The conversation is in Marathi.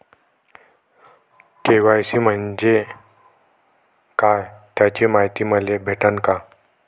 के.वाय.सी म्हंजे काय त्याची मायती मले भेटन का?